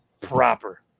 proper